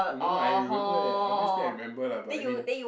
and no I remember that obviously I remember lah but I mean